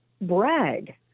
brag